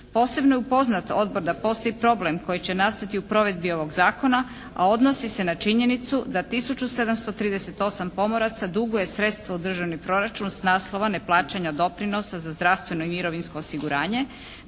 Posebno je upoznat odbor da postoji problem koji će nastati u provedbi ovog zakona, a odnosi se na činjenicu da 1738 pomoraca duguje sredstva u državni proračun s naslova neplaćanja doprinosa za zdravstveno i mirovinsko osiguranje,